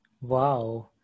Wow